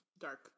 dark